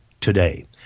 today